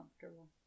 comfortable